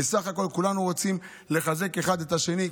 כי בסך הכול כולנו רוצים לחזק אחד את השני,